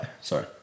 Sorry